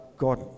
God